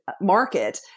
market